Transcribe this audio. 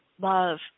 love